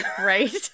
Right